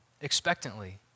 expectantly